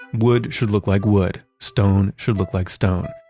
wood should look like wood, stone should look like stone,